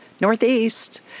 northeast